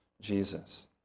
Jesus